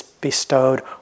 bestowed